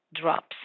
drops